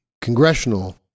congressional